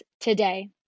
today